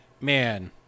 man